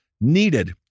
needed